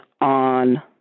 on